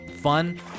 fun